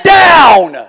down